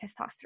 testosterone